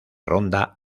ronda